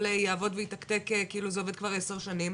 יעבוד ויתקתק כאילו זה עובד כבר 10 שנים.